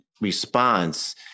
response